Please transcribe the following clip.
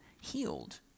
healed